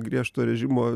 griežto režimo